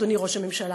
אדוני ראש הממשלה,